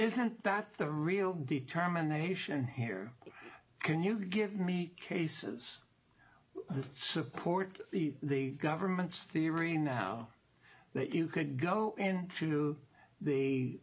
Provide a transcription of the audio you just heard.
isn't that the real determination here can you give me cases of support the government's theory now that you could go in to the